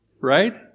Right